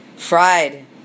Fried